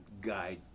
guide